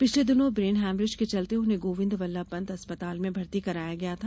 पिछले दिनों brain haemorrhage के चलते उन्हें गोविंद वल्लभ पंत अस्ताल में भर्ती कराया गया था